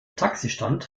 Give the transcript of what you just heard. taxistand